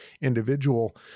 individual